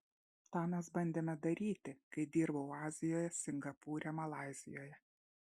tą mes bandėme daryti kai dirbau azijoje singapūre malaizijoje